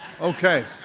Okay